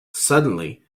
suddenly